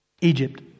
Egypt